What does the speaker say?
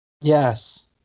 Yes